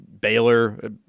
baylor